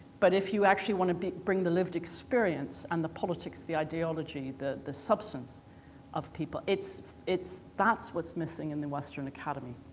but if you actually want to be bring the lived experience and the politics, the ideology, the the substance of people it', it's that's what's missing in the western academy.